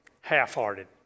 half-hearted